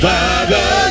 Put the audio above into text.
Father